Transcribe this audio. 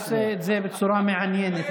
אתה עושה את זה בצורה מעניינת.